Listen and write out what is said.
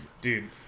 Dude